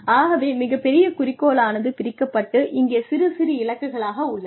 ஆகவே மிகப்பெரிய குறிக்கோளானது பிரிக்கப்பட்டு இங்கே சிறு சிறு இலக்குகளாக உள்ளன